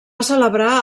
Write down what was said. celebrar